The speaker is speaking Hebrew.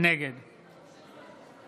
נגד